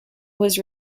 was